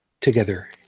together